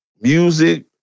music